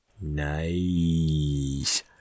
Nice